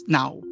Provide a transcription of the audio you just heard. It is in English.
now